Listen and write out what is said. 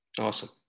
Awesome